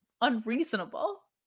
unreasonable